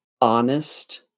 honest